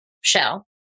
shell